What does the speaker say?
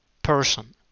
person